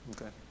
Okay